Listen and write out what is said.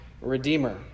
Redeemer